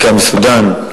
חלקם מסודן,